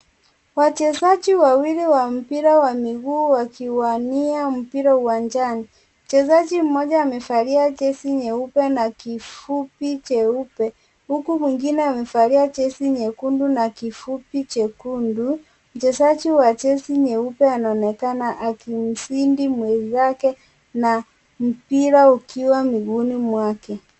Wachezaji wawili wa mpira wa miguu wakiwania mpira uwanjani mchezaji mmoja amevalia jezi nyeupe na kifupi cheupe huku mwingine amevalia jezi nyekundu na kifupi chekundu mchezaji wa jezi nyeupe anaonekana akimzidi mwenzake na mpira ukiwa miguuni mwake.